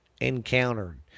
encountered